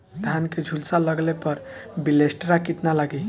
धान के झुलसा लगले पर विलेस्टरा कितना लागी?